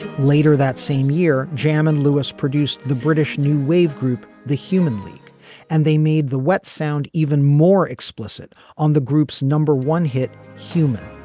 later that same year jam and lewis produced the british new wave group the human league and they made the wet sound even more explicit on the group's number one hit. human.